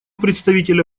представителя